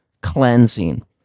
cleansing